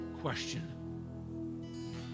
question